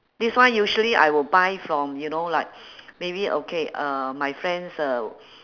that's why usually I will buy from you know like maybe okay uh my friends uh